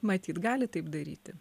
matyt gali taip daryti